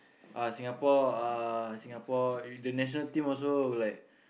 uh Singapore uh Singapore the national team also like